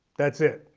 that's it.